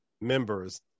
members